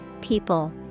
people